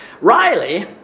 Riley